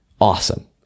awesome